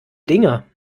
dinger